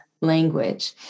language